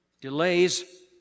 Delays